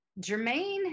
Jermaine